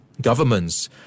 governments